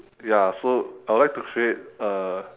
ya so I would like to create uh